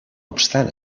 obstant